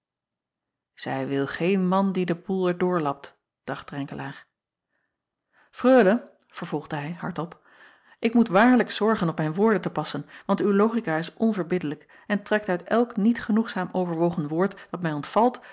ij wil geen man die den boêl er doorlapt dacht renkelaer reule vervolgde hij hardop ik moet waarlijk zorgen op mijn woorden te passen want uw logica is onverbiddelijk en trekt uit elk niet genoegzaam overwogen woord dat mij ontvalt